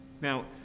Now